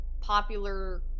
popular